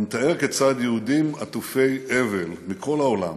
והוא מתאר כיצד יהודים עטופי אבל מכל העולם